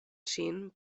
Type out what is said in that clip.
ŝin